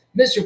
Mr